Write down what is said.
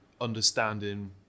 understanding